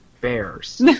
bears